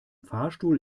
fahrstuhl